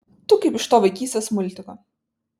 tu kaip iš to vaikystės multiko